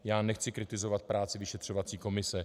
Já nechci kritizovat práci vyšetřovací komise.